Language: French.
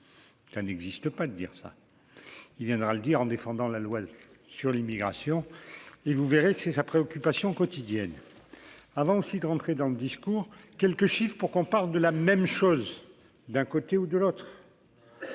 ça n'existe pas de dire ça, il viendra le dire en défendant la loi sur l'immigration, il vous verrez que c'est sa préoccupation quotidienne avant aussi de rentrer dans le discours, quelques chiffres pour qu'on parle de la même chose : d'un côté ou de l'autre,